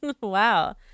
Wow